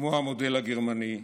כמו במודל הגרמני,